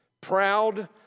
proud